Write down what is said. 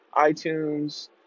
iTunes